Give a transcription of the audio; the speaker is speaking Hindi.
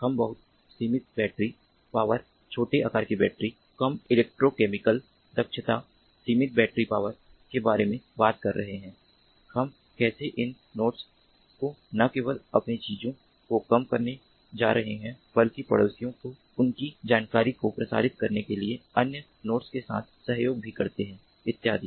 हम बहुत सीमित बैटरी पावर छोटे आकार की बैटरी कम इलेक्ट्रोकेमिकल दक्षता सीमित बैटरी पावर के बारे में बात कर रहे हैं हम कैसे इन नोड्स को न केवल अपनी चीजों को काम करने जा रहे हैं बल्कि पड़ोसियों को उनकी जानकारी को प्रसारित करने के लिए अन्य नोड्स के साथ सहयोग भी करते हैं इत्यादि